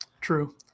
true